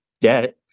debt